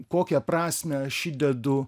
kokią prasmę aš įdedu